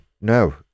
no